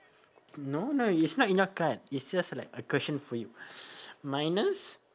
no no it's not in your card it's just like a question for you minus